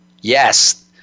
Yes